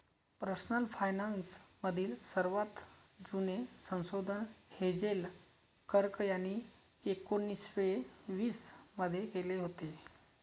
personal finance मधील सर्वात जुने संशोधन हेझेल कर्क यांनी एकोन्निस्से वीस मध्ये केले होते